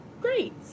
great